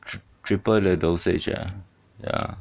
trip~ triple the dosage ah ya